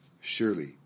Surely